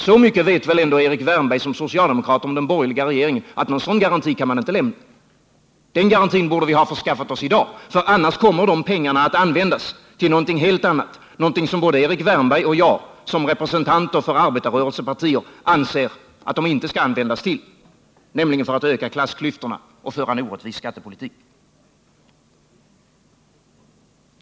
Så mycket vet väl ändå Erik Wärnberg som socialdemokrat om den borgerliga regeringen, att någon sådan garanti inte kan lämnas. Den garantin borde vi ha förskaffat oss i dag. Annars kommer dessa pengar att användas till någonting helt annat, till någonting som både Erik Wärnberg och jag som representanter för arbetarrörelsepartier anser att de inte skall användas till, nämligen för att öka klassklyftorna och för att föra en orättvis skattepolitik.